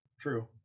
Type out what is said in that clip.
True